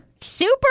Super